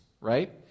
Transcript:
Right